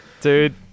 Dude